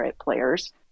players